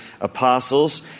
apostles